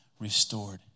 restored